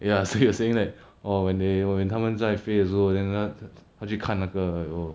ya so he was saying like !wah! when they 哇他们在飞的时候 then 他他去看那个 !aiyo!